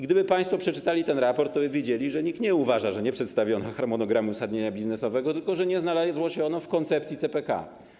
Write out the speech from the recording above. Gdyby państwo przeczytali ten raport, to by wiedzieli, że NIK nie uważa, że nie przedstawiono harmonogramu uzasadnienia biznesowego, tylko że nie znalazło się ono w koncepcji CPK.